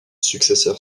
successeur